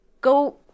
go